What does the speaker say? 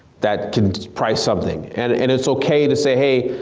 that can price something. and and it's okay to say hey,